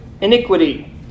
iniquity